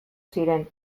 ziren